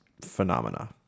phenomena